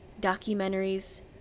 documentaries